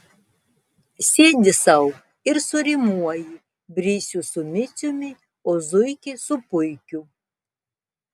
sėdi sau ir surimuoji brisių su miciumi o zuikį su puikiu